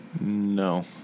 No